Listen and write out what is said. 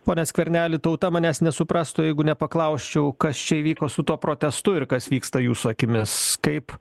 pone skverneli tauta manęs nesuprastų jeigu nepaklausčiau kas čia įvyko su tuo protestu ir kas vyksta jūsų akimis kaip